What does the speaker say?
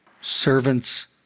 Servants